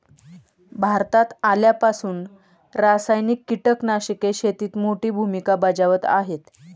भारतात आल्यापासून रासायनिक कीटकनाशके शेतीत मोठी भूमिका बजावत आहेत